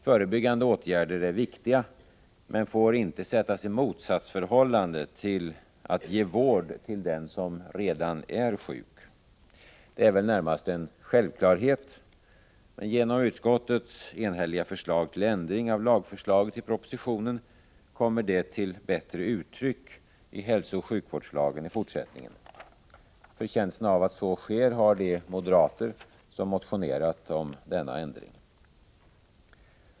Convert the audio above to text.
Förebyggande åtgärder är viktiga men får inte sättas i motsatsförhållande till att ge vård till den som redan är sjuk. Det är väl närmast en självklarhet. Genom utskottets enhälliga förslag till ändring av lagförslaget i propositionen kommer detta till bättre uttryck i hälsooch sjukvårdslagen i fortsättningen. Förtjänsten av att så sker har de moderater som motionerat om denna ändring.